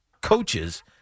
coaches